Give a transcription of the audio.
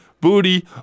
Booty